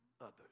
others